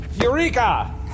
Eureka